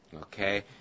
okay